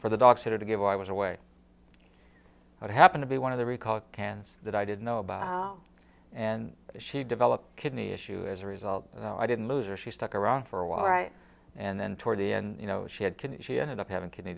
for the dog sitter to give i was away what happened to be one of the recalled cans that i didn't know about and she developed kidney issue as a result i didn't lose or she stuck around for a while right and then toward the end you know she had can she ended up having kidney